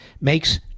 makes